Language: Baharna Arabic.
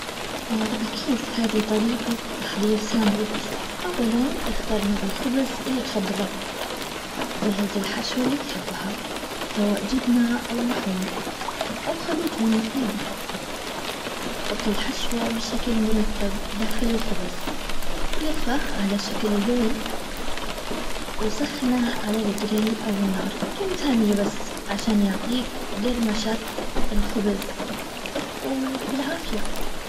اكيد هذي طريقة تحضير ساندوتش اولا اختر نوع الخبز اللي تفضله جهز الحشوة اللي تحبها سواء جبنة او لحوم او خليط بين الاثنين حط الحشوة بشكل مرتب داخل الخبز ولفها على شكل رول وسخنه على او النار كم ثانية بس عشان يعطيك قرمشة الخبزوبالعافية